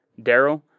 Daryl